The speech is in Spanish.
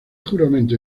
juramento